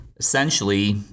Essentially